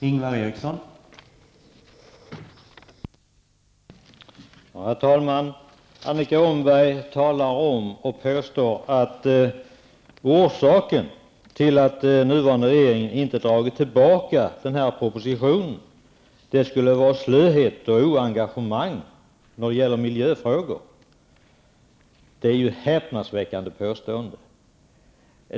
Herr talman! Annika Åhnberg talar om och påstår att orsaken till att den nuvarande regeringen inte dragit tillbaka propositionen skulle vara slöhet och oengagemang när det gäller miljöfrågor. Det är ett häpnandsväckande påstående!